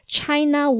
,China